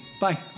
Bye